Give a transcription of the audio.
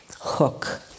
hook